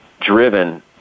driven